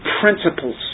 principles